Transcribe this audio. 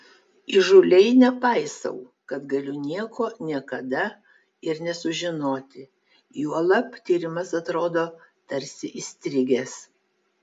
įžūliai nepaisau kad galiu nieko niekada ir nesužinoti juolab tyrimas atrodo tarsi įstrigęs